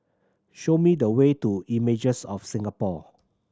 show me the way to Images of Singapore